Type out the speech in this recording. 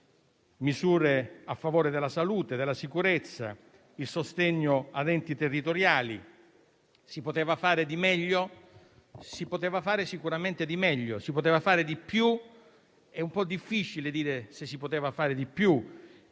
povertà, a favore della salute e della sicurezza, di sostegno ad enti territoriali. Si poteva fare di meglio? Si poteva fare sicuramente di meglio. Si poteva fare di più? È un po' difficile dire se si poteva fare di più.